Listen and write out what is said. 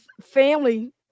family